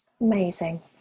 Amazing